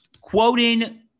quoting